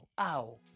ow